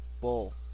Bull